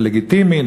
זה לגיטימי,